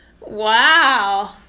Wow